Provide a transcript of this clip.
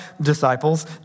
disciples